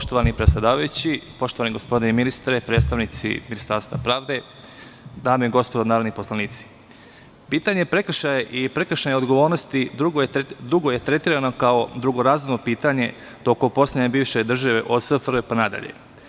Poštovani predsedavajući, gospodine ministre, predstavnici Ministarstva pravde, dame i gospodo narodni poslanici, pitanje prekršaja i prekršajne odgovornosti dugo je tretirano kao drugorazredno pitanje u toku poslednje bivše države od SFRJ pa nadalje.